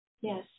Yes